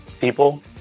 people